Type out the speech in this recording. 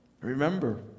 Remember